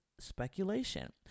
speculation